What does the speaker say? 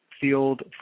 field